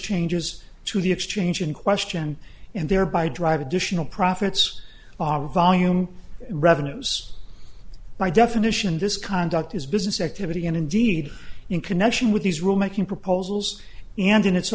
exchanges to the exchange in question and thereby drive additional profits our volume revenues by definition this conduct is business activity and indeed in connection with these rule making proposals and in its